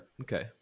okay